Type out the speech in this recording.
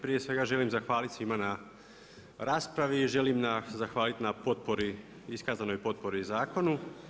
Prije svega želim zahvalit svima na raspravi, želim zahvalit na potpori, iskazanoj potpori zakonu.